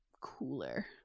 cooler